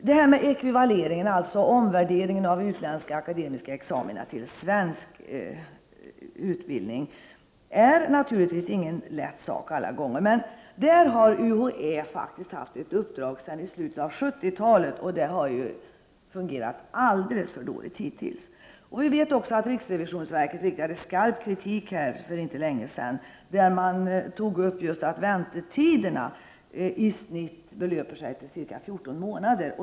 Det här med ekvivaleringen, alltså omvärderingen av utländska akademiska examina till svensk utbildning, är naturligtvis inte lätt alla gånger. Men därvidlag har UHÄ faktiskt haft ett uppdrag sedan slutet av 70-talet, och det har hittills fungerat alldeles för dåligt. Riksrevisionsverket framförde för inte länge sedan skarp kritik. Man tog upp det förhållandet att väntetiderna i snitt belöper sig till ca 14 månader.